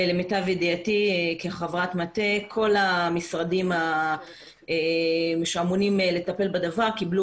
למיטב ידיעתי כחברת מטה כל המשרדים שאמונים לטפל בדבר קבלו